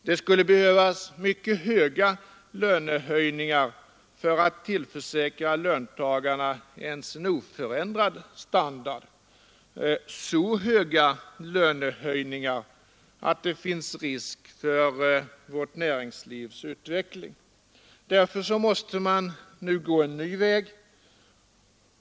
Det skulle behövas mycket stora lönehöjningar enbart för att tillförsäkra löntagarna en oförändrad standard — så stora lönehöjningar att det finns risk för vårt näringslivs utveckling. Därför måste man nu gå en ny väg.